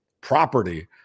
property